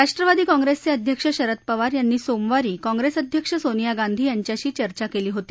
राष्ट्रवादी काँप्रस्त्रा अध्यक्ष शरद पवार यांनी सोमवारी काँग्रस्तीअध्यक्ष सोनिया गांधी यांच्याशी चर्चा क्ली होती